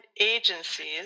agencies